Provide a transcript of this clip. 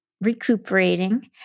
recuperating